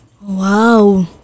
Wow